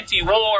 anti-war